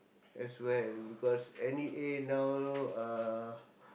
as well because N_E_A now uh